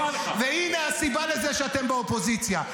והינה הסיבה לזה שאתם באופוזיציה.